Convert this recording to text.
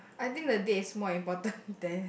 I think the date is more important than